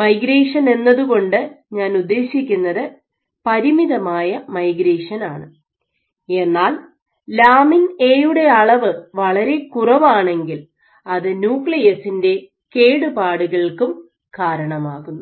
migration എന്നതുകൊണ്ട് ഞാൻ ഉദ്ദേശിക്കുന്നത് പരിമിതമായ മൈഗ്രേഷൻ ആണ് എന്നാൽ ലാമിൻ എ യുടെ അളവ് വളരെ കുറവാണെങ്കിൽ അത് ന്യൂക്ലിയസിൻ്റെ കേടുപാടുകൾക്കും കാരണമാകുന്നു